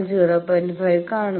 5 കാണുന്നു